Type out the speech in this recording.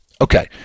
Okay